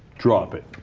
drop it